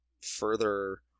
further